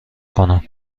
کنم